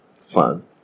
Fun